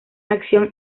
acción